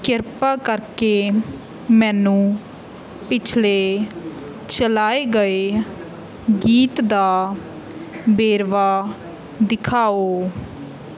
ਕਿਰਪਾ ਕਰਕੇ ਮੈਨੂੰ ਪਿਛਲੇ ਚਲਾਏ ਗਏ ਗੀਤ ਦਾ ਵੇਰਵਾ ਦਿਖਾਓ